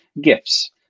gifts